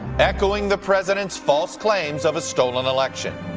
echoing the president's false claims of a stolen information.